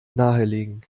nahelegen